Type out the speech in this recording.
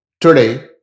Today